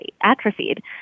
atrophied